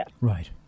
Right